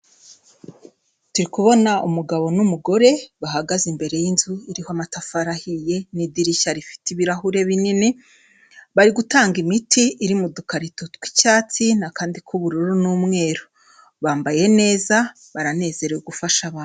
Turi kubona umugabo n'umugore bahagaze imbere y'inzu iriho amatafari ahiye n'idirishya rifite ibirahure binini, bari gutanga imiti iri mu dukarito tw'icyatsi n'akandi k'ubururu n'umweru, bambaye neza, baranezerewe gufasha abantu.